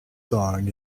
song